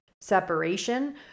separation